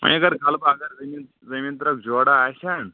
وۄنۍ اگر غلبہٕ اگر زٔمیٖن زٔمیٖن ترٛکھ جورا آسہٕ ہن